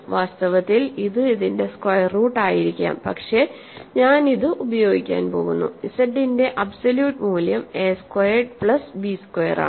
വാസ്തവത്തിൽ ഇത് ഇതിന്റെ സ്ക്വയർ റൂട്ട് ആയിരിക്കാം പക്ഷെ ഞാൻ ഇത് ഉപയോഗിക്കാൻ പോകുന്നു z ന്റെ അബ്സോല്യൂട്ട് മൂല്യം എ സ്ക്വയേർഡ് പ്ലസ് ബി സ്ക്വയറാണ്